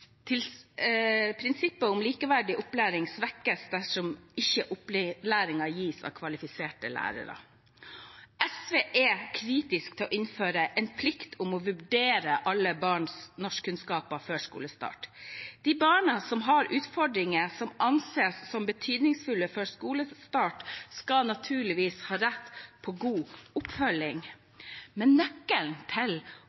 Prinsippet om likeverdig opplæring svekkes dersom ikke opplæringen gis av kvalifiserte lærere. SV er kritisk til å innføre en plikt til å vurdere alle barns norskkunnskaper før skolestart. De barna som har utfordringer som anses som betydningsfulle, før skolestart, skal naturligvis ha rett på god